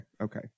okay